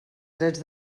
drets